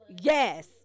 Yes